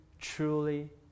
truly